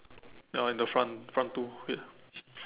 ya in the front front two ya